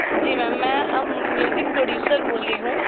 जी ma'am मैं अब music producer बोल रही हूँ